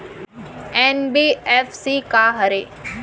NBFC का हरे?